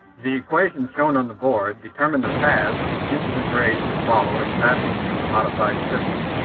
the equation shown on the board, determined the paths which incident rays will follow in passing through the modified system.